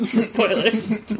Spoilers